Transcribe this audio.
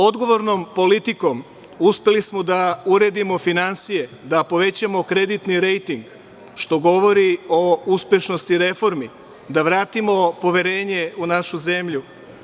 Odgovornom politikom uspeli smo da uredimo finansije, da povećamo kreditni rejting, što govori o uspešnosti reformi, da vratimo poverenje u našu zemlju.